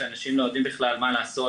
שאנשים לא יודעים בכלל מה לעשות,